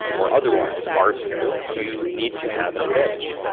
or otherwise art you need to have an advantage.